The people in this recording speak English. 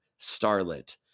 starlet